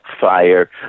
fire